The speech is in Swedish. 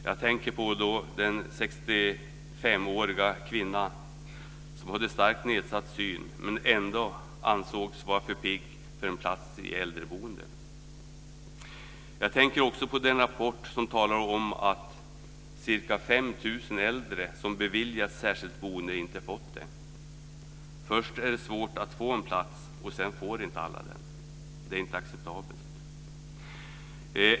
Jag tänker då på den 95-åriga kvinna som hade starkt nedsatt syn men ändå ansågs vara för pigg för en plats i äldreboende. Jag tänker också på den rapport som talar om att ca 5 000 äldre som beviljats särskilt boende inte fått det. Det är svårt att få en plats och alla får det inte. Det är inte acceptabelt.